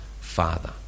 Father